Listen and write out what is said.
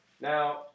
Now